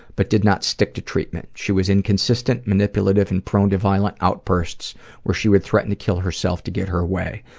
but did not stick to treatment. she was inconsistent, manipulative, and prone to violent outbursts where she would threaten to kill herself to get her way.